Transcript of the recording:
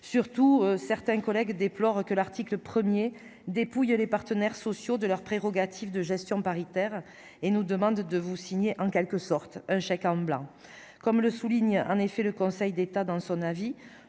surtout certains collègues, déplore que l'article 1er dépouiller les partenaires sociaux de leurs prérogatives de gestion paritaire, et nous demande de vous signez en quelque sorte un chèque en blanc, comme le souligne en effet le Conseil d'État dans son avis,